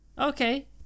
Okay